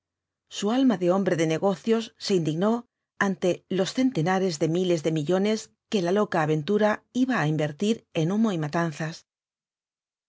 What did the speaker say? su alma de hombre de negocios se indignó ante los centenares de miles de millones que la loca aventura iba á invertir en humo y matanzas